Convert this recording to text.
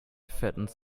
fattens